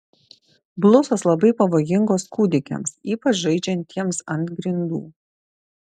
blusos labai pavojingos kūdikiams ypač žaidžiantiems ant grindų